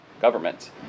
government